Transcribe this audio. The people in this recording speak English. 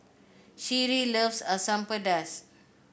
Sheree loves Asam Pedas